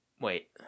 wait